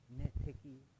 nitpicky